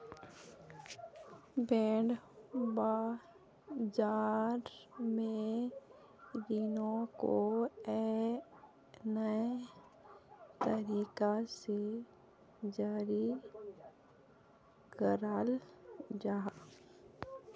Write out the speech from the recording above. bond बाज़ार में रीनो को नए तरीका से जारी कराल जाहा